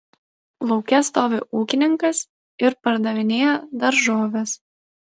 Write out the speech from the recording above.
lauke stovi ūkininkas ir pardavinėja daržoves